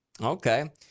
Okay